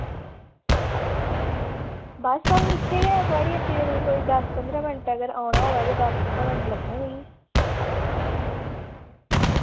बस आ'ऊं इत्थे गै थोआढ़ी हट्टी दे कोई कोई दस पंदरां मैंट्ट अगर औना होऐ ते दस पंदरां मैंट्ट लग्गने मिगी